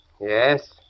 Yes